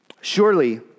Surely